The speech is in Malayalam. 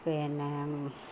പിന്നെയും